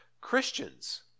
Christians